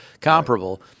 comparable